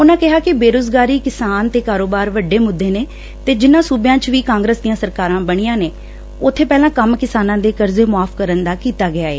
ਉਨੂਾ ਕਿਹਾ ਕਿ ਬੇਰੁਜ਼ਗਾਰੀ ਕਿਸਾਨ ਤੇ ਕਾਰੋਬਾਰ ਵੱਡੇ ਮੁੱਦੇ ਨੇ ਤੇ ਜਿਨੂਾ ਸੂਬਿਆਂ ਚ ਵੀ ਕਾਂਗਰਸ ਦੀਆਂ ਸਰਕਾਰਾਂ ਬਣੀਆਂ ਨੇ ਉਬੇ ਪਹਿਲਾ ਕੰਮ ਕਿਸਾਨਾਂ ਦੇ ਕਰਜ਼ੇ ਮੁਆਫ ਕਰਨ ਦਾ ਕੀਤਾ ਗਿਆ ਏ